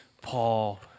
Paul